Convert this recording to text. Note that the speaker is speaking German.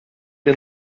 der